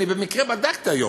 אני במקרה בדקתי היום: